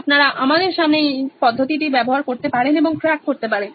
আপনারা আমাদের সামনে এই পদ্ধতিটি ব্যবহার করতে পারেন এবং ক্র্যাক করতে পারেন